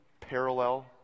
Parallel